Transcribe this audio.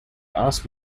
asked